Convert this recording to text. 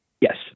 Yes